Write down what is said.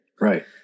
Right